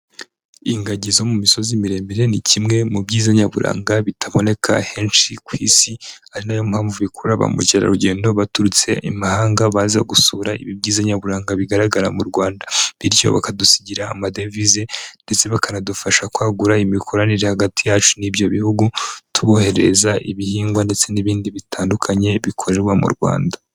Ingagi zo mu misozi miremire ni kimwe mu byiza nyaburanga bitaboneka henshi ku isi, ari nayo mpamvu bikurura ba mukerarugendo baturutse i Mahanga baza gusura ibi byiza nyaburanga bigaragara mu Rwanda. Bityo bakadusigira amadevize ndetse bakanadufasha kwagura imikoranire hagati yacu n'ibyo bihugu, tuboherereza ibihingwa ndetse n'ibindi bitandukanye bikorerwa mu Rwanda.